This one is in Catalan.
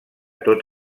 tot